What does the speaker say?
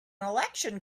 election